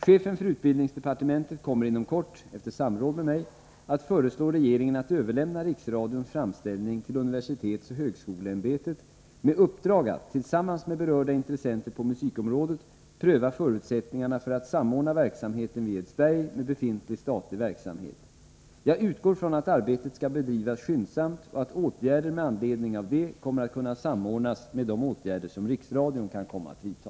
Chefen för utbildningsdepartementet kommer inom kort, efter samråd med mig, att föreslå regeringen att överlämna riksradions framställning till universitetsoch högskoleämbetet med uppdrag att, tillsammans med berörda intressenter på musikområdet, pröva förutsättningarna för att samordna verksamheten vid Edsberg med befintlig statlig verksamhet. Jag utgår från att arbetet skall bedrivas skyndsamt och att åtgärder med anledning av det kommer att kunna samordnas med de åtgärder som riksradion kan komma att vidta.